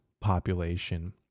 population